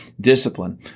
discipline